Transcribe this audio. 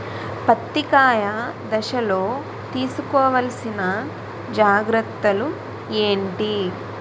పత్తి కాయ దశ లొ తీసుకోవల్సిన జాగ్రత్తలు ఏంటి?